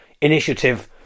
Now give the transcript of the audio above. initiative